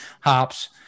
hops